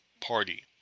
party